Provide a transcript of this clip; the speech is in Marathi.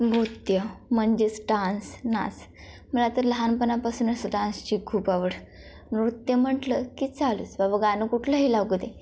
नृत्य म्हणजेच डान्स नाच मला तर लहानपणापासूनच डान्सची खूप आवड नृत्य म्हटलं की चालूच बाबा गाणं कुठलंही लागू दे